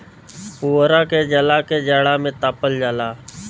पुवरा के जला के जाड़ा में तापल जाला